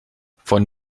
von